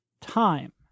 time